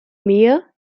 mir